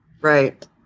Right